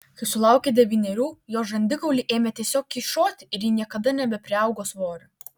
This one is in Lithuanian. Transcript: kai sulaukė devynerių jos žandikauliai ėmė tiesiog kyšoti ir ji niekada nebepriaugo svorio